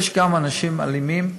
יש כמה אנשים אלימים,